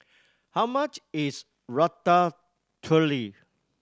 how much is Ratatouille